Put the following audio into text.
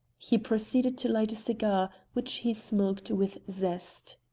he proceeded to light a cigar, which he smoked with zest.